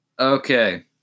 Okay